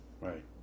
Right